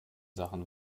sachen